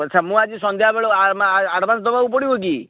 ଆଚ୍ଛା ମୁଁ ଆଜି ସନ୍ଧ୍ୟାବେଳେ ଆଡ଼ଭାନ୍ସ ଦେବାକୁ ପଡ଼ିବ କି